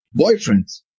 boyfriends